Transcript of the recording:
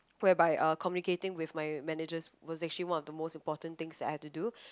whereby uh communicating with my managers was actually one of the most important things I had to do